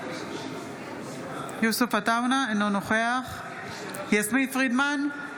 אינו נוכח יסמין פרידמן,